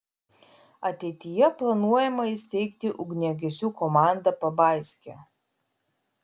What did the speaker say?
ateityje planuojama įsteigti ugniagesių komandą pabaiske